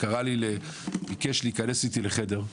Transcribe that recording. קרא לי וביקש להיכנס איתי לחדר.